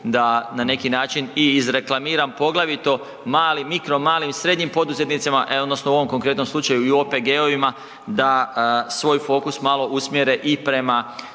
da na neki način i izreklamiram, poglavito malim, mikro malim i srednjim poduzetnicima, e odnosno u ovom konktretnom slučaju i u OPG-ovima da svoj fokus malo usmjere i prema